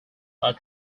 are